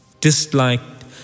disliked